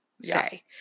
say